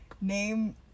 name